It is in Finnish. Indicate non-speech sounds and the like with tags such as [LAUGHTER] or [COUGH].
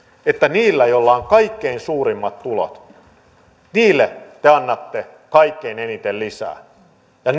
että niille joilla on kaikkein suurimmat tulot te annatte kaikkein eniten lisää ja [UNINTELLIGIBLE]